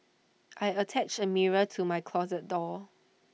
I attached A mirror to my closet door